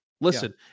Listen